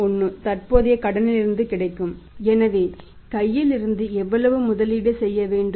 31 தற்போதைய கடன்களிலிருந்து கிடைக்கும் எனவே கையிலிருந்து எவ்வளவு முதலீடு செய்ய வேண்டும்